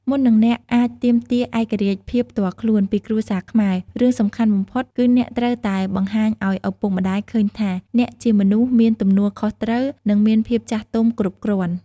មុននឹងអ្នកអាចទាមទារ ឯករាជ្យភាពផ្ទាល់ខ្លួន ពីគ្រួសារខ្មែរ រឿងសំខាន់បំផុតគឺអ្នកត្រូវតែ បង្ហាញឲ្យឪពុកម្ដាយឃើញថាអ្នកជាមនុស្សមានទំនួលខុសត្រូវ និងមានភាពចាស់ទុំគ្រប់គ្រាន់។